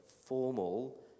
formal